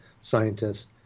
scientists